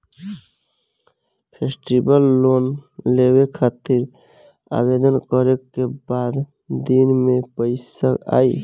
Festival loan लेवे खातिर आवेदन करे क बाद केतना दिन म पइसा आई?